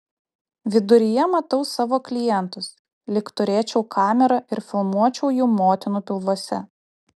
viduryje matau savo klientus lyg turėčiau kamerą ir filmuočiau jų motinų pilvuose